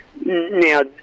now